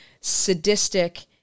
sadistic